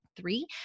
Three